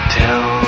tell